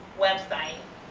website.